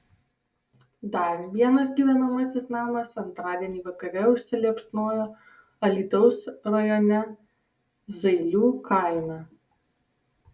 dar vienas gyvenamasis namas antradienį vakare užsiliepsnojo alytaus rajone zailių kaime